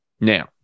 Now